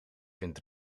vind